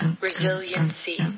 Resiliency